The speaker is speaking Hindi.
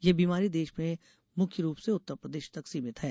यह बीमारी देश र्मे मुख्य रूप से उत्तरप्रदेश तक सीमित है